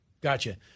Gotcha